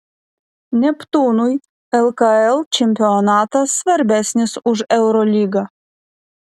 neptūnui lkl čempionatas svarbesnis už eurolygą